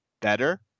better